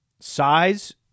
Size